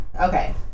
Okay